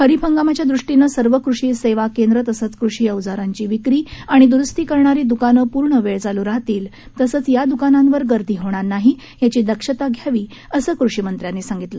खरीप हंगामाच्या दृष्टीनं सर्व कृषी सेवा केंद्रं तसंच कृषी अवजारांची विक्री आणि दुरुस्ती करणारी दुकानं पूर्ण वेळ चालू राहतील तसंच या द्कानांवर गर्दी होणार नाही याची दक्षता घ्यावी असं कृषिमंत्र्यांनी सांगितलं